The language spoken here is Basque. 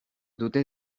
dute